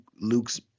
Luke's